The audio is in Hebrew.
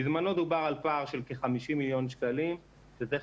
בזמנו דובר על פער של כ-50 מיליון שקלים שצריך